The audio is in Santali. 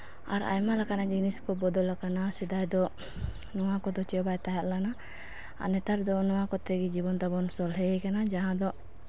ᱟᱨ ᱟᱭᱢᱟ ᱞᱮᱠᱟᱱᱟᱜ ᱡᱤᱱᱤᱥ ᱠᱚ ᱵᱚᱫᱚᱞᱟᱠᱟᱱᱟ ᱥᱮᱫᱟᱭ ᱫᱚ ᱱᱚᱣᱟ ᱠᱚᱫᱚ ᱪᱮᱫ ᱦᱚᱸ ᱵᱟᱭ ᱛᱟᱦᱮᱸᱞᱮᱱᱟ ᱟᱨ ᱱᱮᱛᱟᱨ ᱫᱚ ᱱᱚᱣᱟ ᱠᱚᱛᱮᱜᱮ ᱡᱤᱵᱚᱱ ᱛᱟᱵᱚᱱ ᱥᱚᱞᱦᱮᱭᱟᱠᱟᱱᱟ ᱡᱟᱦᱟᱸ ᱫᱚ